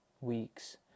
weeks